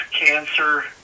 cancer